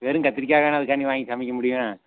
வெறும் கத்திரிக்காய்ணா அதுக்காண்டி வாங்கி சமைக்க முடியும்